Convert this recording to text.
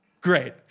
great